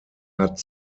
hat